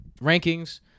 rankings